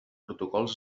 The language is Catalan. protocols